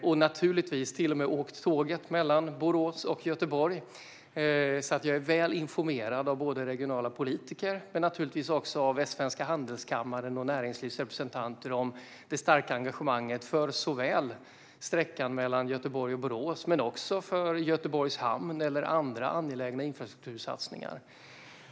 Jag har naturligtvis till och med åkt tåget mellan Borås och Göteborg, så jag är väl informerad av regionala politiker, Västsvenska Handelskammaren och näringslivsrepresentanter om det starka engagemanget för såväl sträckan mellan Göteborg och Borås som Göteborgs hamn och andra angelägna infrastruktursatsningar.